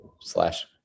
slash